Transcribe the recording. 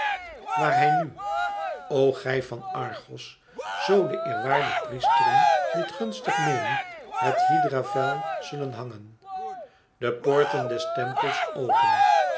waar wij nu o gij van argos zoo de eerwaarde priesteren dit gunstig meenen het hydra vel zullen hangen de poorten des tempels open